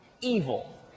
evil